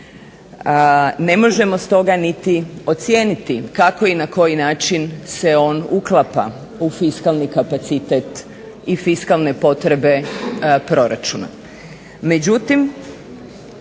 Ne možemo stoga niti ocijeniti kako i na koji način se on uklapa u fiskalni kapacitet i fiskalne potrebe proračuna.